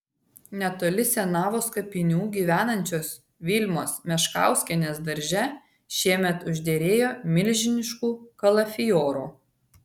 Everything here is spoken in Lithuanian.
netoli senavos kapinių gyvenančios vilmos meškauskienės darže šiemet užderėjo milžiniškų kalafiorų